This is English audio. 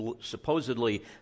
supposedly